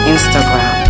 Instagram